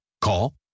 Call